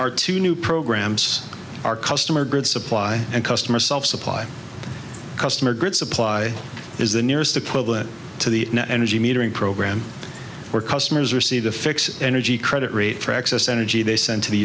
our two new programs are customer grid supply and customer solve supply customer grid supply is the nearest equivalent to the energy metering program or customers receive the fix energy credit rate for access energy they send to the